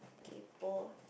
kaypoh